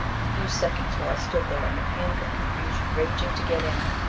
a few seconds, while i stood there in a panic of confusion, raging to get in.